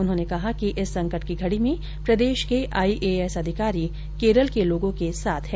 उन्होंने कहा कि इस संकट की घड़ी में प्रदेश के आईएएस अधिकारी केरल के लोगों के साथ हैं